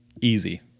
Easy